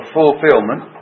fulfillment